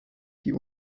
die